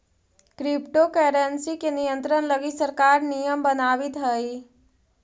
crypto currency के नियंत्रण लगी सरकार नियम बनावित हइ